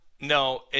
No